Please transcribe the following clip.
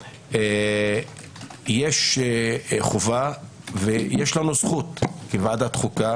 יש חובה ויש לנו זכות כוועדת חוקה,